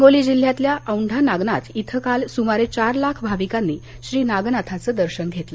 हिंगोली जिल्ह्यातील औंढा नागनाथ इथं काल सुमारे चार लाख भाविकांनी श्री नागनाथाचं दर्शन घेतलं